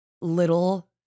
little